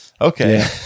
Okay